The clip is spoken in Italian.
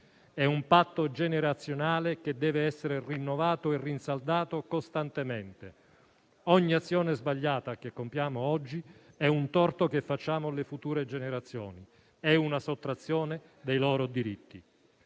È un patto generazionale che deve essere rinnovato e rinsaldato costantemente. Ogni azione sbagliata che compiamo oggi è un torto che facciamo alle future generazioni, è una sottrazione dei loro diritti.